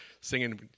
singing